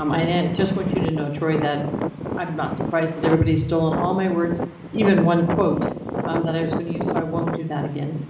um i and just want you to know troy, that i'm not surprised that everybody has stolen. all my words even one quote um that i was going to use so i won't do that again,